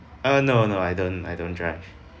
uh no no I don't I don't drive